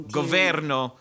governo